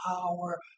power